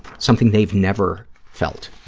something they've never felt.